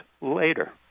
later